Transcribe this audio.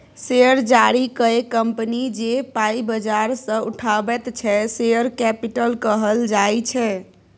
share जारी कए company जे पाइ बजार सँ उठाबैत छै शेयर कैपिटल कहल जाइ छै